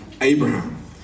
Abraham